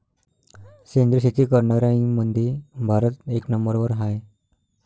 सेंद्रिय शेती करनाऱ्याईमंधी भारत एक नंबरवर हाय